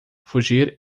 fugir